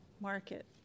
market